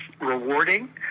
rewarding